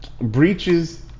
breaches